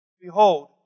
Behold